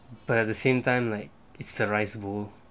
but at the same time like it's the rice bowl